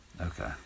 Okay